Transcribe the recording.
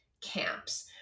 camps